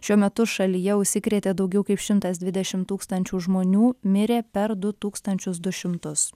šiuo metu šalyje užsikrėtė daugiau kaip šimtas dvidešimt tūkstančių žmonių mirė per du tūkstančius du šimtus